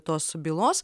tos bylos